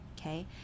Okay